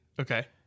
Okay